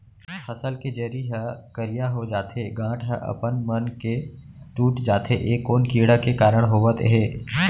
फसल के जरी ह करिया हो जाथे, गांठ ह अपनमन के टूट जाथे ए कोन कीड़ा के कारण होवत हे?